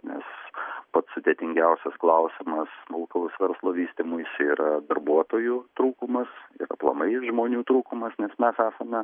nes pats sudėtingiausias klausimas smulkaus verslo vystymuisi yra darbuotojų trūkumas ir aplamai žmonių trūkumas nes mes esame